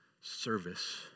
service